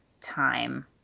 time